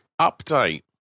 update